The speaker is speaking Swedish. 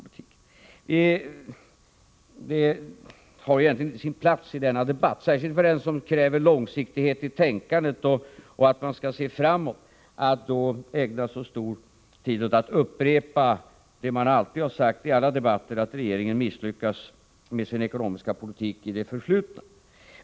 Det har egentligen inte sin plats i denna debatt, särskilt inte för den som kräver att det skall vara långsiktighet i tänkandet och att man skall se framåt, att ägna så stor tid åt att upprepa det man alltid har sagt i alla debatter — att regeringen misslyckats med sin ekonomiska politik i det förflutna.